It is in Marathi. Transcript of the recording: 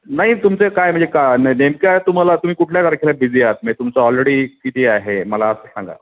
नाही तुमचं काय म्हणजे का नेमक्या तुम्हाला तुम्ही कुठल्या तारखेला बिझी आत म्हणजे तुमचं ऑलरेडी किती आहे मला असं सांगा